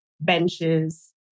benches